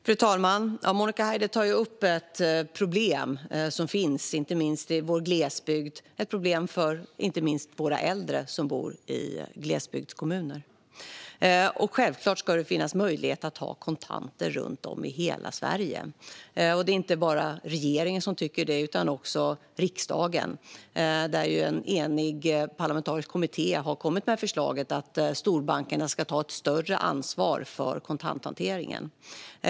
Fru talman! Monica Haider tar upp ett problem som finns i vår glesbygd, inte minst för äldre som bor där. Självklart ska det finnas möjlighet att ha kontanter runt om i hela Sverige. Det är inte bara regeringen som tycker det utan också riksdagen, där en enig parlamentarisk kommitté har kommit med ett förslag om att storbankerna ska ta ett större ansvar för kontanthanteringen.